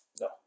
no